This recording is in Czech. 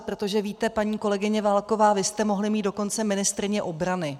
Protože víte, paní kolegyně Válková, vy jste mohli mít dokonce ministryni obrany.